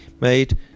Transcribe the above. made